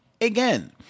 Again